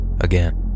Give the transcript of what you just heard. again